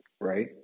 right